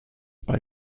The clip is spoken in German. bei